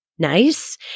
nice